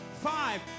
Five